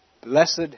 blessed